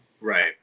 Right